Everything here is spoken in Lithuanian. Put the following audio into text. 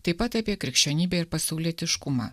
taip pat apie krikščionybę ir pasaulietiškumą